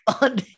on